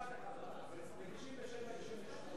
משפט אחד: ב-1997 1998,